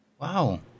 Wow